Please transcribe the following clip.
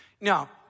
Now